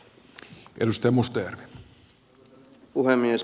arvoisa puhemies